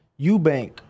Eubank